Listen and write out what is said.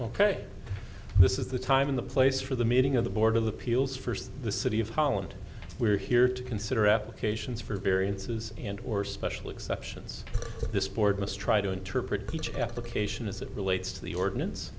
ok this is the time in the place for the meeting of the board of appeals first the city of holland we're here to consider applications for variances and or special exceptions this board must try to interpret peach application as it relates to the ordinance